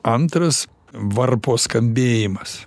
antras varpo skambėjimas